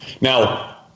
Now